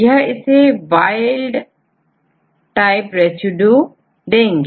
यह इसे wild type residue देंगे